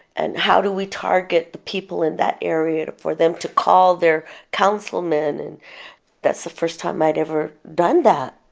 and how do we target the people in that area for them to call their councilmen. and that's the first time i'd ever done that,